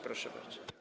Proszę bardzo.